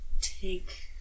take